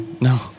No